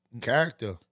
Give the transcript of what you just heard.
Character